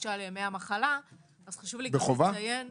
החופשה לימי המחלה אז חשוב לי לציין --- בחובה?